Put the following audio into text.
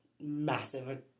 massive